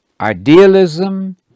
idealism